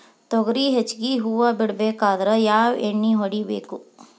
ತೊಗರಿ ಹೆಚ್ಚಿಗಿ ಹೂವ ಬಿಡಬೇಕಾದ್ರ ಯಾವ ಎಣ್ಣಿ ಹೊಡಿಬೇಕು?